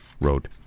wrote